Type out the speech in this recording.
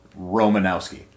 Romanowski